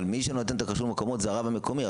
אבל מי שנותן את הכשרות במקומות זה הרב המקומי,